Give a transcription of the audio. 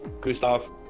gustav